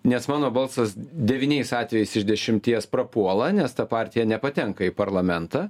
nes mano balsas devyniais atvejais iš dešimties prapuola nes ta partija nepatenka į parlamentą